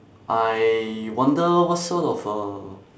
I wonder what sort of uh